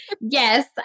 Yes